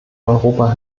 europa